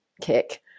kick